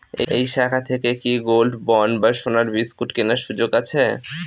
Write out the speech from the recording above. এই শাখা থেকে কি গোল্ডবন্ড বা সোনার বিসকুট কেনার সুযোগ আছে?